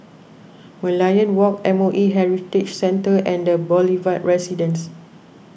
Merlion Walk M O E Heritage Centre and the Boulevard Residence